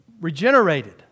regenerated